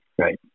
right